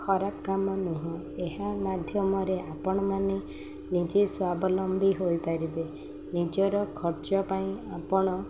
ଖରାପ କାମ ନୁହଁ ଏହା ମାଧ୍ୟମରେ ଆପଣମାନେ ନିଜେ ସ୍ୱାବଲମ୍ବୀ ହୋଇପାରିବେ ନିଜର ଖର୍ଚ୍ଚ ପାଇଁ ଆପଣ